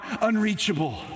unreachable